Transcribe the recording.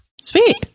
Sweet